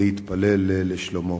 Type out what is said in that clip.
להתפלל לשלומו.